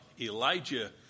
Elijah